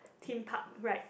theme park ride